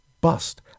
bust